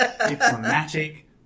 diplomatic